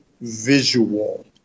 visual